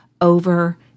over